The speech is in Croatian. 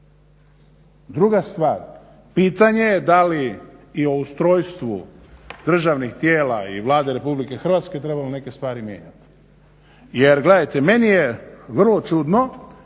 Druga stvar, pitanje je da li i o ustrojstvu državnih tijela i Vlade Republike Hrvatske trebamo neke stvari mijenjati. Jer gledajte, meni je vrlo čudno